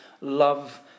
love